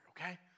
okay